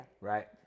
Right